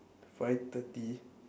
five thirty